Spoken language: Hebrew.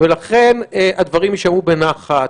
ולכן הדברים יישמעו בנחת.